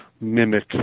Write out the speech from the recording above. mimic